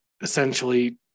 essentially